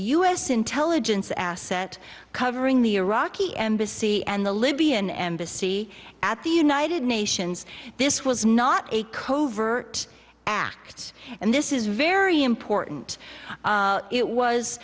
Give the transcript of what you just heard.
s intelligence asset covering the iraqi embassy and the libyan embassy at the united nations this was not a covert act and this is very important it was